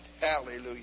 Hallelujah